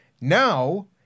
Now